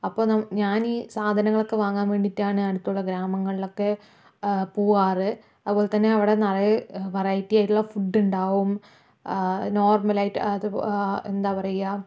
അപ്പോൾ നമ്മൾ ഞാൻ സാധനങ്ങളൊക്കെ വാങ്ങാൻ വേണ്ടിയിട്ടാണ് അടുത്തുള്ള ഗ്രാമങ്ങളിൽ ഒക്കെ പോകാറ് അതുപോലെ തന്നെ അവിടെ നിറയെ വെറൈറ്റിയായിട്ടുള്ള ഫുഡ് ഉണ്ടാകും നോർമലായിട്ട് അത് എന്താ പറയുക